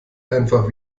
einfach